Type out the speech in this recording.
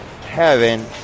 heaven